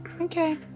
Okay